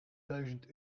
duizend